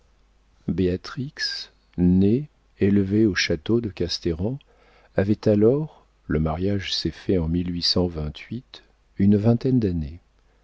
béatrix née élevée au château de casteran avait alors le mariage s'est fait en une vingtaine d'années